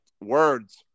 words